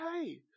hey